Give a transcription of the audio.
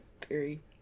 theory